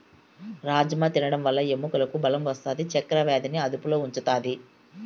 రాజ్మ తినడం వల్ల ఎముకలకు బలం వస్తాది, చక్కర వ్యాధిని అదుపులో ఉంచుతాది